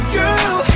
girl